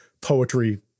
poetry